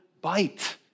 bite